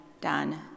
done